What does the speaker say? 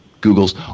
google's